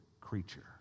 creature